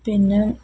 പിന്നെ